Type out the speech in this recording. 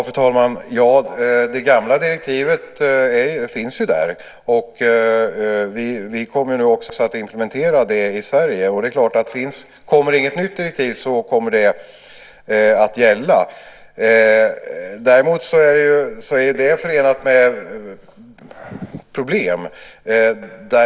Fru talman! Det gamla direktivet finns ju där, och vi kommer nu att också implementera det i Sverige. Om det inte kommer något nytt direktiv kommer det naturligtvis att gälla. Det är dock förenat med problem.